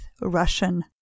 Russian